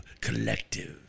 collective